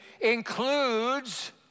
includes